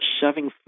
shoving